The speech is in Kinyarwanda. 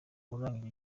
urangije